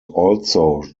also